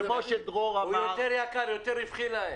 הוא יותר יקר ויותר רווחי להם.